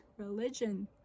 religion